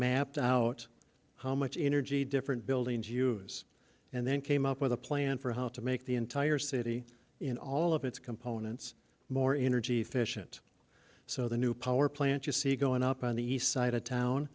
mapped out how much energy different buildings use and then came up with a plan for how to make the entire city in all of its components more energy efficient so the new power plant you see going up on the east side of town